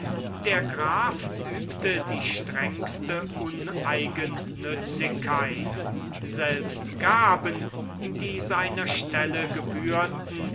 der graf übte die strengste uneigennützigkeit selbst gaben die seiner stelle gebührten